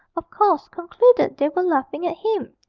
of course concluded they were laughing at him,